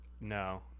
No